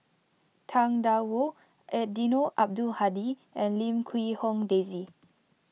Tang Da Wu Eddino Abdul Hadi and Lim Quee Hong Daisy